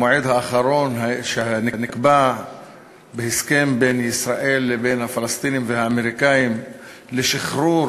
המועד האחרון שנקבע בהסכם בין ישראל לפלסטינים והאמריקנים לשחרור